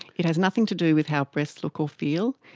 it has nothing to do with how breasts look or feel,